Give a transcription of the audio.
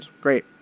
Great